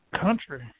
country